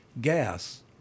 Gas